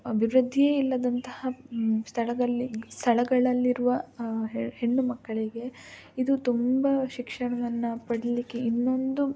ಅಭಿವೃದ್ಧಿಯೇ ಇಲ್ಲದಂತಹ ಸ್ಥಳದಲ್ಲಿ ಸ್ಥಳಗಳಲ್ಲಿರುವ ಹೆಣ್ಣು ಮಕ್ಕಳಿಗೆ ಇದು ತುಂಬ ಶಿಕ್ಷಣವನ್ನು ಪಡಿಲಿಕ್ಕೆ ಇನ್ನೊಂದು